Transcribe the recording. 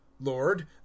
Lord